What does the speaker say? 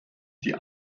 die